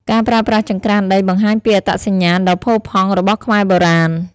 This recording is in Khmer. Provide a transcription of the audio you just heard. ការប្រើប្រាស់ចង្រ្កានដីបង្ហាញពីអត្តសញ្ញាណដ៏ផូរផង់ របស់ខ្មែរបុរាណ។